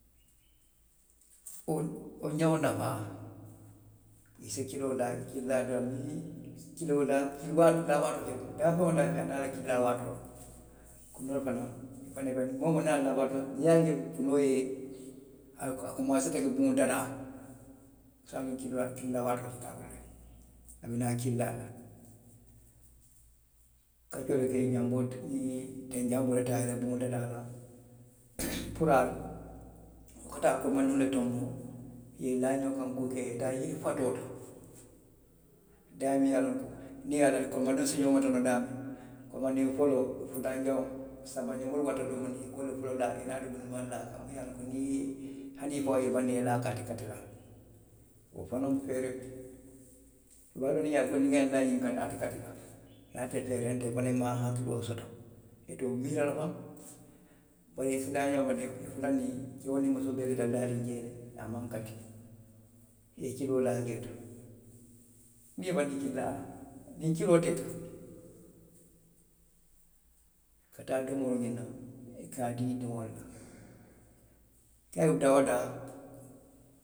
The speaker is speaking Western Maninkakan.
Wo ňeŋo nafaa. i si kiloo laa, kili laa dulaa niŋ i ye kiloo laa. laa waatoo teema, daafeŋ woo daafeŋ niŋ a la kili laa waatoo loŋ. kunoolu fanaŋ niŋ i la waatoo loŋ. moo woo moo niŋ a laa waatoo loŋ. Niŋ i ye a je kunoo ye, a komaaseeta ka buŋo dadaa. i si a loŋ kili waatoo; kili laa waatoo siita a bulu le. A bi naa kili laa le la. kaccoolu ka ňiŋ janboo le, ňiŋ teŋ janboo le taa. Puraalu. wolu ka taa kolomandiŋolu le tonboŋ. i ye i laa ňoŋ kaŋ, kuu ke, i ye taa yiri fatoo to. daamiŋ i ye a loŋ ko moo te sii noo la daamiŋ. kolomandiŋ foloo, fulanjaŋo. sabanjaŋo i ka wolu le foloo naati i ye naa domondinmaalu laa a kaŋ minnu ye a loŋ ko niŋ hani i faŋo ye i laa kaŋ ate kati la. Wo fanaŋ mu feeree le ti. I be loŋ na niŋ nŋa laa ňiŋ kaŋ ate kati la. i maŋ hakkiloo soto. I te wo miira faw. i si la ňeŋo kono, i fuloo, keo niŋ musoo bee ye tara laariŋ jee, amaŋ kati. I ye kiloo laa jee to. niŋ i ye i bandii kili laa la. niŋ kiloo teeta. i ka taa domoo ňiniŋ naŋ. i ka a dii i diŋolu la.